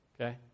Okay